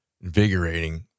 invigorating